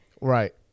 Right